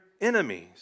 enemies